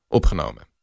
opgenomen